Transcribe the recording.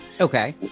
okay